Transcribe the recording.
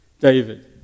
David